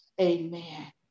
amen